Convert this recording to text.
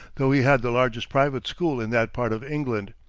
though he had the largest private school in that part of england.